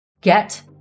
get